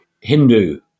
Hindu